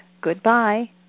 goodbye